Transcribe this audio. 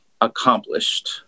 accomplished